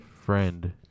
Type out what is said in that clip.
friend